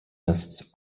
lists